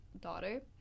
daughter